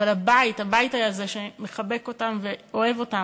אבל הבית, הבית הזה שמחבק אותם ואוהב אותם,